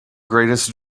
greatest